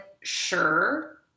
sure